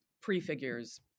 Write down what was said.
prefigures